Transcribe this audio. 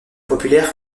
populaire